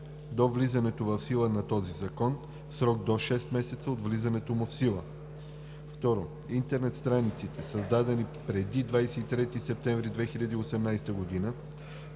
до влизането в сила на този закон – в срок до шест месеца от влизането му в сила; 2. интернет страниците, създадени преди 23 септември 2018 г.